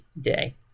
day